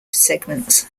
segments